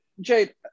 Jade